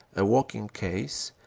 a walking case,